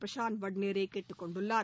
பிரசாந்த் வடநேரே கேட்டுக் கொண்டுள்ளார்